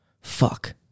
Fuck